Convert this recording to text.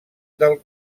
del